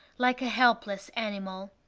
like a helpless animal.